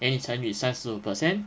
then 你才 resize 十五 percent